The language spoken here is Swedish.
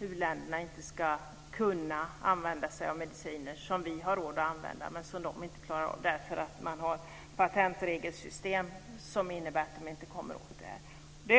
u-länderna inte ska kunna använda sig av mediciner som vi har råd att använda men som de inte klarar att betala därför att det finns patentregelsystem som innebär att de inte kommer åt medicinerna.